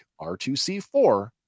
R2C4